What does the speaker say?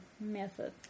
method